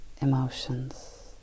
emotions